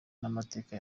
n’amateka